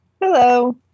Hello